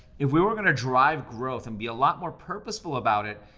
if we were gonna drive growth and be a lot more purposeful about it,